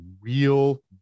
real